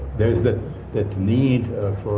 there is that that need for.